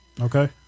Okay